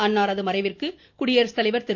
அன்னாரது மறைவிற்கு குடியரசுத்தலைவர் திரு